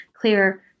clear